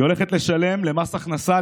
היא הולכת לשלם למס הכנסה,